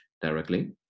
directly